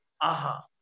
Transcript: AHA